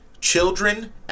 children